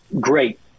great